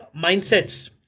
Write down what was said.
mindsets